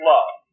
Love